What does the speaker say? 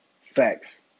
Facts